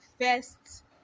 first